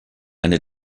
eine